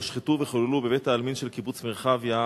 הפורצים זרעו הרס וחיללו תפילין וסידורים.